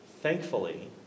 thankfully